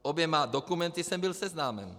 S oběma dokumenty jsem byl seznámen.